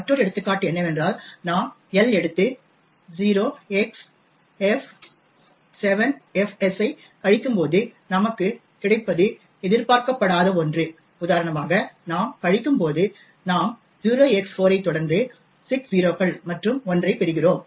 மற்றொரு எடுத்துக்காட்டு என்னவென்றால் நாம் L எடுத்து 0xf 7 fs ஐக் கழிக்கும்போது நமக்கு கிடைப்பது எதிர்பார்க்கப்படாத ஒன்று உதாரணமாக நாம் கழிக்கும்போது நாம் 0x4 ஐ தொடர்ந்து 6 0 கள் மற்றும் 1 ஐ பெறுகிறோம்